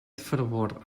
fervor